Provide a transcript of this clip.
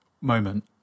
moment